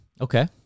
Okay